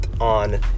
on